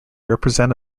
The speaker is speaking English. represent